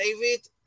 David